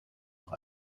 noch